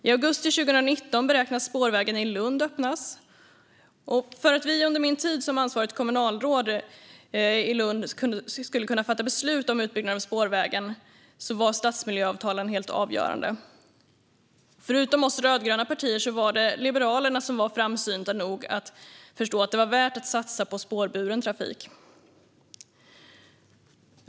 I augusti 2019 beräknas spårvägen i Lund öppnas. För att vi under min tid som ansvarigt kommunalråd i Lund skulle kunna fatta beslutet om utbyggnad av spårvägen var stadsmiljöavtalen helt avgörande. Förutom oss rödgröna partier var det Liberalerna som var framsynta nog att förstå att det var värt att satsa på spårburen trafik.